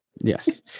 Yes